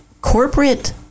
corporate